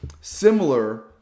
similar